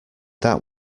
that